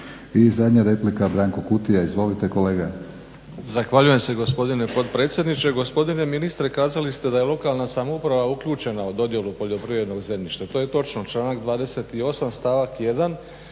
I zadnja replika Branko Kutija. Izvolite kolega.